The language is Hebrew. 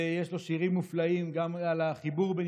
ויש לו שירים מופלאים גם על החיבור בין